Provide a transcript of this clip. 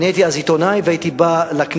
אני הייתי אז עיתונאי והייתי בא לכנסת,